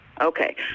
Okay